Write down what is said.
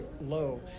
low